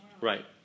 Right